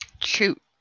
shoot